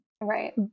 right